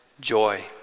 joy